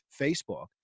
Facebook